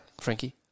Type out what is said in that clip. Frankie